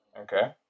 Okay